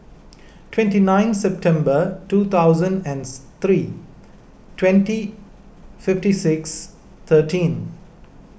twenty nine September two thousand and three twenty fifty six thirteen